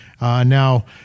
Now